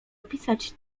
opisać